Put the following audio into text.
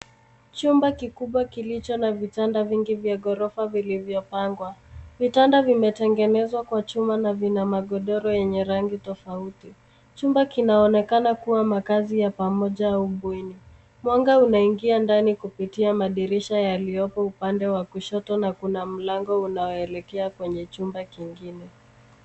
Chumba kikubwa kilicho na vitanda vingi vya ghorofa vilivyopangwa. Vitanda vimetengenezwa kwa chuma na vina magodoro yenye rangi tofauti. Chumba kinaonekana kua makazi ya pamoja au bweni. Mwanga unaingia ndani kupitia madirisha yaliyopo upande wa kushoto na kuna mlango unaoelea kwenye chumba kingine.